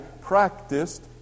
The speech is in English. practiced